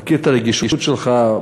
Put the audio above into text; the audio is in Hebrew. מכיר את הרגישות שלך,